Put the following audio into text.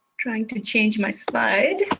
trying to change my slide.